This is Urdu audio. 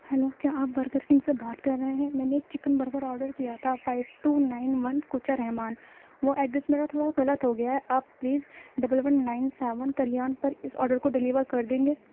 ہیلو کیا آپ برگر کنگ سے بات کر رہے ہیں میں نے ایک چکن برگر آرڈر کیا تھا five two nine one Kucha Rahman وہ ایڈریس میرا تھوڑا غلط ہوگیا ہے آپ please double one nine seven Kalyan پر اس آرڈر کو ڈلیور کر دیں گے